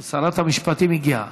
שרת המשפטים הגיעה.